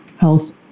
health